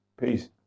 peace